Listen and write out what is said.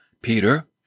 Peter